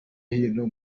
hino